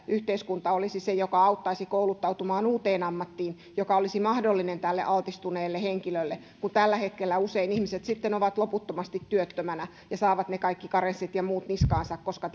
yhteiskunta olisi se joka auttaisi kouluttautumaan uuteen ammattiin joka olisi mahdollinen tälle altistuneelle henkilölle kun tällä hetkellä usein ihmiset sitten ovat loputtomasti työttöminä ja saavat ne kaikki karenssit ja muut niskaansa koska